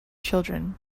children